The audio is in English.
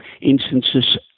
instances